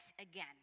again